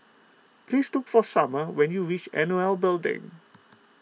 please look for Sumner when you reach N O L Building